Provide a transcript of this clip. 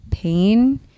pain